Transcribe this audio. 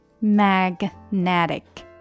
Magnetic